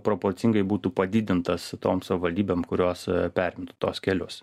proporcingai būtų padidintas tom savivaldybėm kurios perimtų tuos kelius